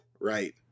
right